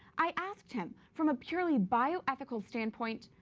i asked him from a purely bio ethical standpoint,